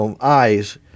eyes